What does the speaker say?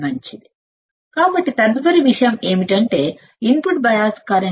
మంచిది కాబట్టి తదుపరి విషయం ఏమిటంటే ఇన్పుట్ బయాస్ కరెంట్